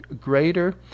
greater